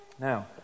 Now